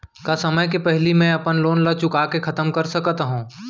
का समय ले पहिली में अपन लोन ला चुका के खतम कर सकत हव?